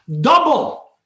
Double